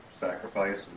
sacrifice